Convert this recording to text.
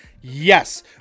yes